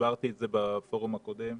כפי שהסברתי בפורום הקודם.